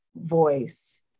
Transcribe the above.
voice